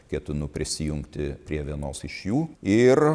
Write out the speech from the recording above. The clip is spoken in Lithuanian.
ketinu prisijungti prie vienos iš jų ir